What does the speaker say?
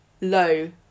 low